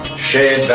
shared